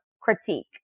critique